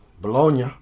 Bologna